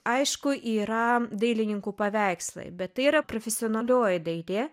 aišku yra dailininkų paveikslai bet tai yra profesionalioji dailė